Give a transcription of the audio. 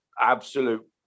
absolute